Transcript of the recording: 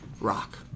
rock